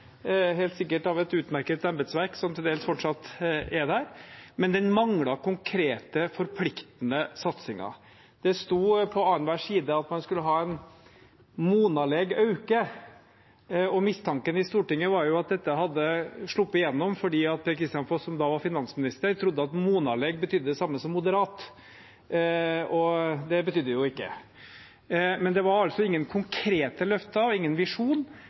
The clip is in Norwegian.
helt sikkert av et utmerket embetsverk som til dels fortsatt er der, men den manglet konkrete, forpliktende satsinger. Det sto på annenhver side at man skulle ha «ei monaleg auke», og mistanken i Stortinget var at dette hadde sluppet igjennom fordi Per-Kristian Foss, som da var finansminister, trodde at «monaleg» betydde det samme som «moderat». Det betydde det jo ikke. Det var altså ingen konkrete løfter og ingen